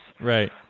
right